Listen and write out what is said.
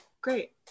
great